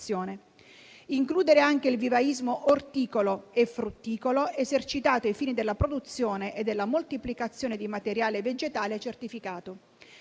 includere anche il vivaismo orticolo e frutticolo esercitato ai fini della produzione e della moltiplicazione di materiale vegetale certificato;